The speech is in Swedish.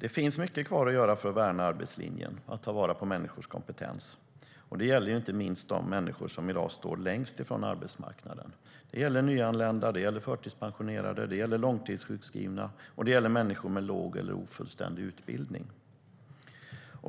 Det finns mycket kvar att göra för att värna arbetslinjen och ta vara på människors kompetens. Det gäller inte minst de människor som i dag står längst ifrån arbetsmarknaden. Det gäller nyanlända, förtidspensionerade, långtidssjukskrivna och människor med låg eller ofullständig utbildning.